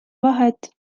vahet